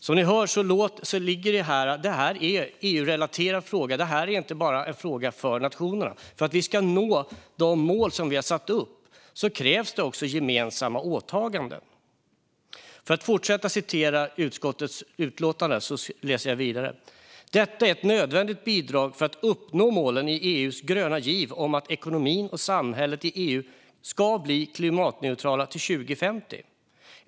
Som ni hör är detta en EU-relaterad fråga. Det är inte bara en fråga för nationerna. För att vi ska nå de mål som vi har satt upp krävs det också gemensamma åtaganden. Utskottet skriver vidare: "Detta är ett nödvändigt bidrag för att uppnå målen i EU:s gröna giv om att ekonomin och samhället i EU ska bli klimatneutrala till 2050.